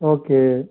okay